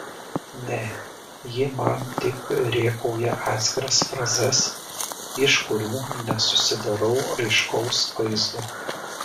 ne ji man tik rėkauja atskiras frazes iš kurių nesusidarau aiškaus vaizdo